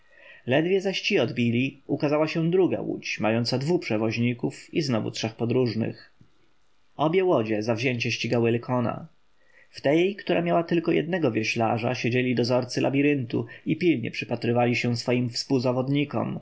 ledwie zaś ci odbili ukazała się druga łódź mająca dwu przewoźników i znowu trzech podróżnych obie łodzie zawzięcie ścigały lykona w tej która miała tylko jednego wioślarza siedzieli dozorcy labiryntu i pilnie przypatrywali się swoim współzawodnikom